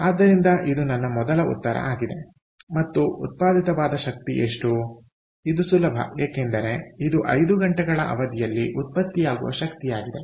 ಆದ್ದರಿಂದ ಇದು ನನ್ನ ಮೊದಲ ಉತ್ತರ ಆಗಿದೆ ಮತ್ತು ಉತ್ಪಾದಿತವಾದ ಶಕ್ತಿ ಎಷ್ಟು ಇದು ಸುಲಭ ಏಕೆಂದರೆ ಇದು 5 ಗಂಟೆಗಳ ಅವಧಿಯಲ್ಲಿ ಉತ್ಪತ್ತಿಯಾಗುವ ಶಕ್ತಿಯಾಗಿದೆ